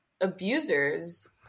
abusers